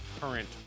current